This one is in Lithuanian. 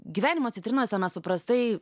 gyvenimo citrinose mes paprastai